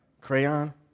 Crayon